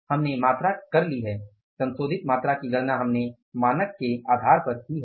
हमने मात्रा कर ली है संशोधित मात्रा की गणना हमने मानक के आधार पर की है